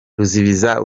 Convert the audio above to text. ruzibiza